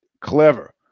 Clever